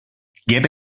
gäbe